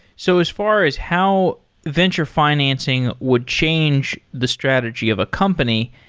so as far as how venture financing would change the strategy of a company,